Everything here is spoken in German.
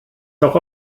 doch